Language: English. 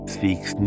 seeks